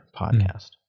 podcast